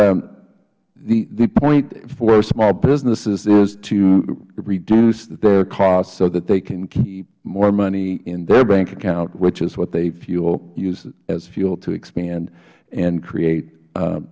t the point for small businesses is to reduce their cost so that they can keep more money in their bank account which is what they use as fuel to expand and create